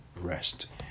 rest